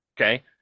okay